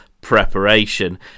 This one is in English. preparation